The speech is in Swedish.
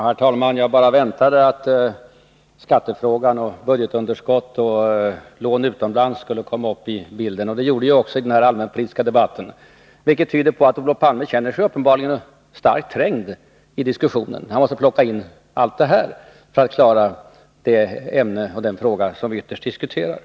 Herr talman! Jag väntade bara att skattefrågan och budgetunderskottet och lån utomlands skulle komma in i bilden, och det gjorde det också i den här allmänpolitiska debatten, vilket tyder på att Olof Palme känner sig starkt trängd i diskussionen. Han måste plocka in allt det här för att klara den fråga som vi ytterst diskuterar.